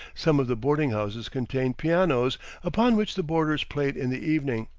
some of the boarding-houses contained pianos upon which the boarders played in the evening,